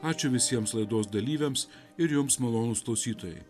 ačiū visiems laidos dalyviams ir jums malonūs klausytojai